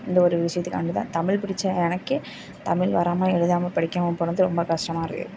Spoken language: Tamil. இந்த ஒரு விஷயத்துக்காண்டி தான் தமிழ் படித்த எனக்கே தமிழ் வராமல் எழுதாம படிக்காமல் போனது ரொம்ப கஷ்டமா இருக்கு